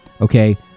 okay